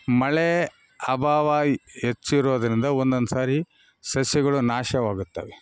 ಮಳೆ ಅಭಾವ ಹೆಚ್ಚು ಇರೋದ್ರಿಂದ ಒಂದೊಂದು ಸಾರಿ ಸಸ್ಯಗಳು ನಾಶವಾಗುತ್ತವೆ